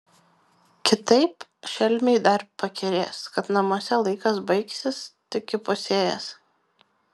kitaip šelmiai dar pakerės kad namuose laikas baigsis tik įpusėjęs